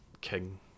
king